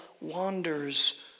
wanders